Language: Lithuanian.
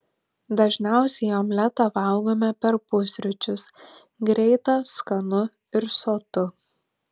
dažniausiai omletą valgome per pusryčius greita skanu ir sotu